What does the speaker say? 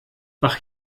ach